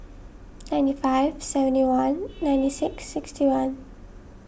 ninety five seventy one ninety six sixty one